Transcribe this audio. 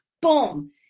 Boom